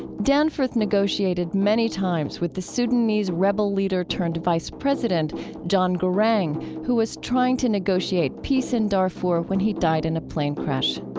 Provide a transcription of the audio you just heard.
danforth negotiated many times with the sudanese rebel-leader-turned-vice president john garang, who was trying to negotiate peace in darfur when he died in a plane crash